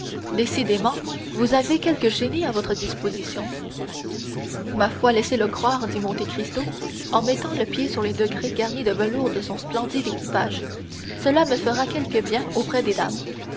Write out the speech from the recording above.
décidément vous avez quelque génie à votre disposition ma foi laissez-le croire dit monte cristo en mettant le pied sur les degrés garnis de velours de son splendide équipage cela me fera quelque bien auprès des dames